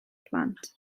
plant